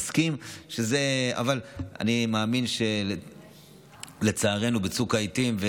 אבל אני מאמין שבצוק העיתים,